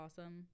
awesome